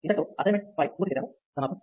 ఇంతటితో అసైన్మెంట్ 5 పూర్తి చేశాము